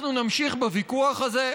אנחנו נמשיך בוויכוח הזה.